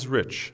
rich